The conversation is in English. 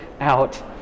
out